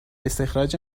استخراج